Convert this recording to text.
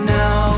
now